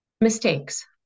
mistakes